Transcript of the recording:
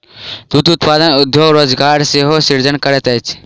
दूध उत्पादन उद्योग रोजगारक सेहो सृजन करैत अछि